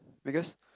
because